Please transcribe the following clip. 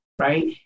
Right